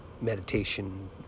meditation